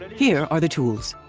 here are the tools.